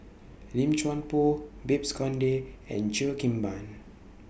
Lim Chuan Poh Babes Conde and Cheo Kim Ban